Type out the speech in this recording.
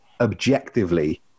objectively